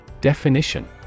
Definition